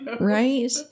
right